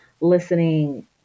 listening